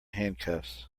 handcuffs